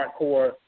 hardcore